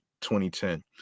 2010